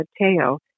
Mateo